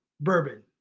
bourbon